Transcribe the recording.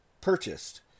purchased